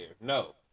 No